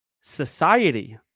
society